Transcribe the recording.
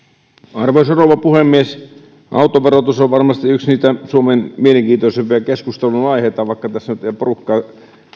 arvoisa rouva puhemies autoverotus on varmasti yksi suomen mielenkiintoisimpia keskustelunaiheita vaikka tässä nyt ei porukkaa